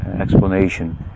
explanation